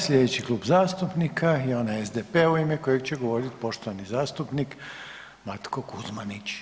Sljedeći klub zastupnika je onaj SDP-a u ime kojeg će govoriti poštovani zastupnik Matko Kuzmanić.